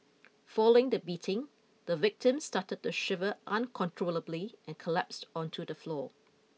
following the beating the victim started to shiver uncontrollably and collapsed onto the floor